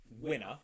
winner